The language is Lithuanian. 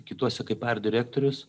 kituose kaip direktorius